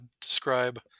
describe